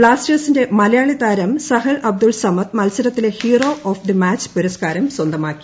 ബ്ലാസ്റ്റേഴ്സിറ്റ്ന്റെ മലയാളി താരം സഹൽ അബ്ദുൾ സമദ് മത്സരത്തിലെ hero of the match പുരസ്കാരം സ്വന്തമാക്കി